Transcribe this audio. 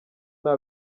nta